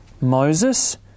Moses